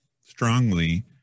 strongly